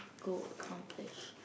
go accomplish